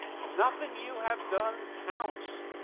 nothing you have done counts.